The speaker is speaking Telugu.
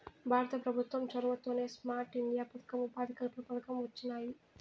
భారత పెభుత్వం చొరవతోనే స్మార్ట్ ఇండియా పదకం, ఉపాధి కల్పన పథకం వొచ్చినాయి